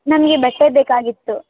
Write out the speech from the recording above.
ನನಗೆ ಬಟ್ಟೆ ಬೇಕಾಗಿತ್ತು